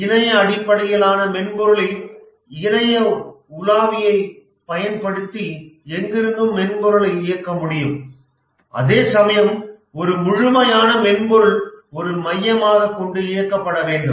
இணைய அடிப்படையிலான மென்பொருளில் இணைய உலாவியைப் பயன்படுத்தி எங்கிருந்தும் மென்பொருளை இயக்க முடியும் அதேசமயம் ஒரு முழுமையான மென்பொருள் ஒரு மையமாக கொண்டு இயக்கப்பட வேண்டும்